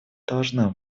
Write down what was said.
должна